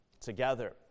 together